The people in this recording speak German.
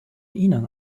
ihnen